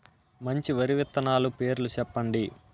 మంచి వరి విత్తనాలు పేర్లు చెప్పండి?